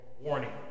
warning